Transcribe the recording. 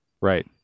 right